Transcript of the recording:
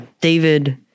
David